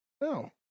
No